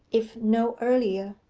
if no earlier.